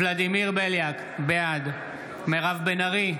ולדימיר בליאק, בעד מירב בן ארי,